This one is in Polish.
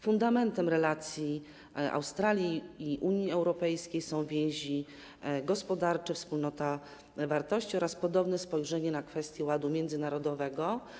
Fundamentem relacji Australii i Unii Europejskiej są więzi gospodarcze, wspólnota wartości oraz podobne spojrzenie na kwestie ładu międzynarodowego.